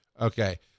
Okay